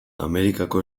amerikako